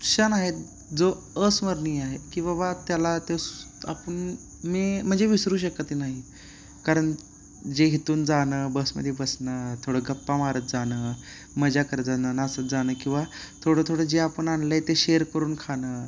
क्षण आहेत जो अस्मरणीय आहे की बाबा त्याला तो स् आपण मी म्हणजे विसरू शकत नाही कारण जे इथून जाणं बसमध्ये बसनं थोडं गप्पा मारत जाणं मजा करत जाणं नाचत जाणं किंवा थोडं थोडं जे आपण आणलं आहे ते शेअर करून खाणं